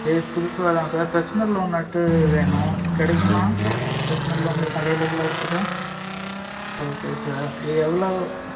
இது புதுசாக தான் சார் பர்சனல் லோன் வந்துட்டு வேணும் கிடைக்குமா பர்சனல் லோனு அவைலபிளா இருக்குதா ஓகே சார் எவ்வளோ